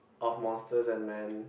of Monsters and Men